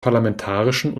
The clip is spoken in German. parlamentarischen